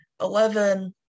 Eleven